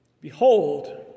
Behold